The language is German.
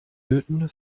löten